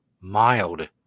mild